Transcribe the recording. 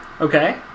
Okay